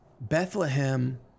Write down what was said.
Bethlehem